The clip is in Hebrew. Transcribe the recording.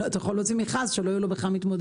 אתה יכול להוציא מכרז שלא יהיו לו בכלל מתמודדים.